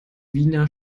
wiener